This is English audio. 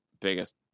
biggest